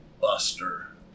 buster